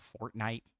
Fortnite